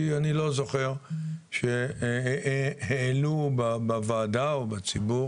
כי אני לא זוכר שהעלו בוועדה או בציבור